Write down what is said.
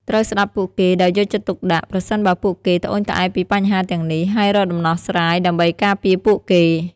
ត្រូវស្តាប់ពួកគេដោយយកចិត្តទុកដាក់ ប្រសិនបើពួកគេត្អូញត្អែរពីបញ្ហាទាំងនេះ ហើយរកដំណោះស្រាយដើម្បីការពារពួកគេ។